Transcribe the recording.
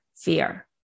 fear